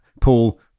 Paul